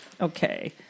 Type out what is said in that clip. Okay